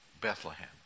Bethlehem